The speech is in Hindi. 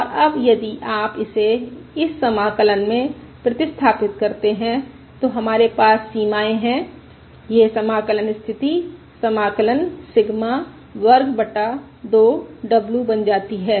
और अब यदि आप इसे इस समाकलन में प्रतिस्थापित करते हैं तो हमारे पास सीमाएँ हैं यह समाकलन स्थिति समाकलन सिग्मा वर्ग 2 w बन जाती है